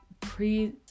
pre